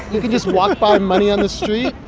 you can just walk by and money on the street?